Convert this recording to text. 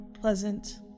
pleasant